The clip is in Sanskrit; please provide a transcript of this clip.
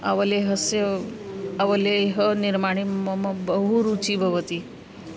अवलेहस्य अवलेहनिर्माणे मम बहु रुचिः भवति